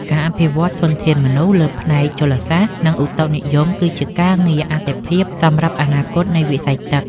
ការអភិវឌ្ឍធនធានមនុស្សលើផ្នែកជលសាស្ត្រ និងឧតុនិយមគឺជាការងារអាទិភាពសម្រាប់អនាគតនៃវិស័យទឹក។